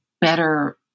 better